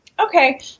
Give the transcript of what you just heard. Okay